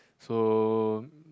so